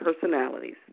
personalities